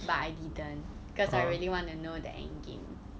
but I didn't cause I really want to know that endgame